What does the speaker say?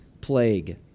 plague